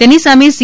તેની સામે સી